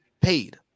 paid